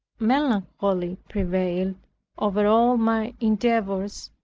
melancholy prevailed over all my endeavors,